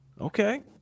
Okay